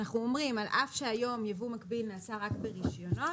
אנחנו אומרים שעל אף שהיום היבוא המקביל נעשה רק ברשיונות,